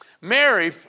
Mary